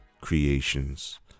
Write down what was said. Creations